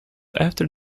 after